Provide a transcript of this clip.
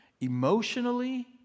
emotionally